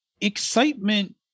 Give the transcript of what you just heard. Excitement